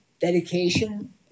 dedication